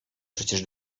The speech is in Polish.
przecież